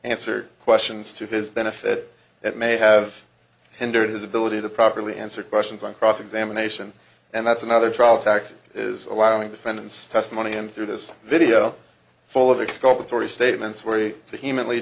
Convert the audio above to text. answer questions to his benefit that may have hindered his ability to properly answer questions on cross examination and that's another trial tactic is allowing defendants testimony and through this video full of expel torrie statements wary to humanly